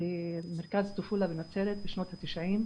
במרכז אלטופולה בנצרת בשנות ה-90,